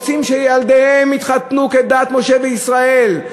רוצים שילדיהם יתחתנו כדת משה וישראל.